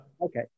Okay